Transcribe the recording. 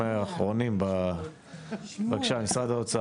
האוצר, בבקשה.